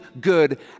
good